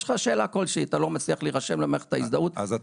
יש לך שאלה כלשהי,